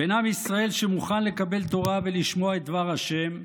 בין עם ישראל שמוכן לקבל תורה ולשמוע את דבר ה'